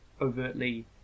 overtly